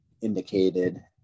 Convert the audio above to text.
indicated